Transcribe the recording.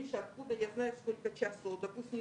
אם יתברר שחברות התעופה הישראליות מפקיעות מחירים אני